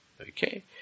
Okay